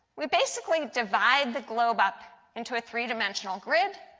we basically divide the globe up into a three-dimensional grid.